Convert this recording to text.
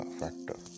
factor